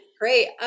Great